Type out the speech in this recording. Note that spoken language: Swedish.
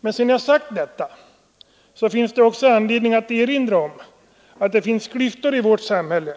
Men sedan jag sagt detta är det också anledning att erinra om att det finns klyftor i vårt samhälle,